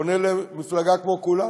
פונה למפלגה כמו כולנו,